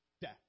Death